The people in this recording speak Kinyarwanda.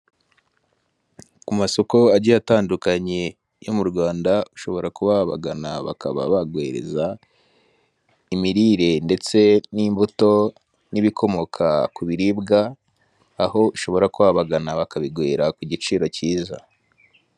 Ku masoko agiye atandukanye yo mu Rwanda, ushobora kubabagana bakaba bagwiriza imirire, ndetse n'imbuto n'ibikomoka ku biribwa, aho ushobora kuba wabagana bakabiguhera ku giciro cyiza.